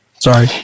Sorry